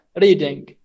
reading